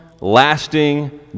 lasting